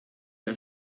are